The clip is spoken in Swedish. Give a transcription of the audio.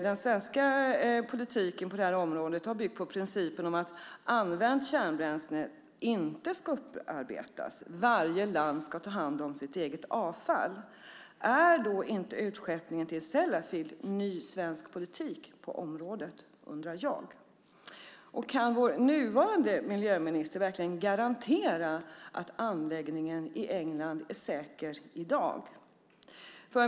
Den svenska politiken på det här området har byggt på principen att använt kärnbränsle inte ska upparbetas utan att varje land ska ta hand om sitt eget avfall. Är då inte utskeppningen till Sellafield ny svensk politik på området? Det undrar jag. Kan vår nuvarande miljöminister verkligen garantera att anläggningen i England är säker i dag?